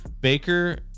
Baker